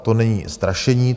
To není strašení.